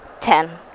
ten.